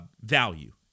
value